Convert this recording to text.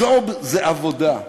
ג'וב זה עבודה.